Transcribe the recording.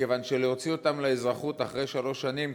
כיוון שלהוציא אותם לאזרחות אחרי שלוש שנים,